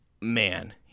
man